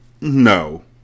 no